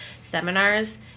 seminars